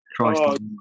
Christ